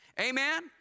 Amen